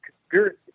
conspiracy